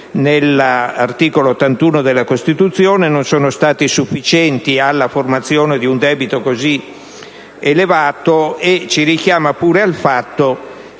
nell'articolo 81 della Costituzione, non sono state sufficienti alla formazione di un debito così elevato. Ci richiama pure al fatto